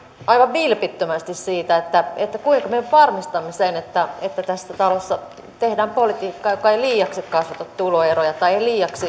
aivan vilpittömästi siitä kuinka me varmistamme sen että tässä talossa tehdään politiikkaa joka ei liiaksi kasvata tuloeroja tai liiaksi